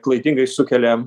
klaidingai sukelia